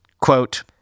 Quote